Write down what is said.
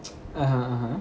(uh huh)